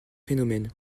phénomène